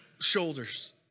shoulders